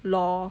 lor